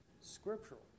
scriptural